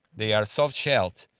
they are soft-shelled,